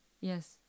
yes